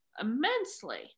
immensely